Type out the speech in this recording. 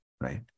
right